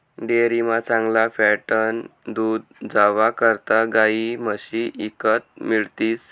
डेअरीमा चांगला फॅटनं दूध जावा करता गायी म्हशी ईकत मिळतीस